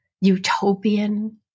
utopian